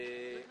בדיונים